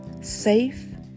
safe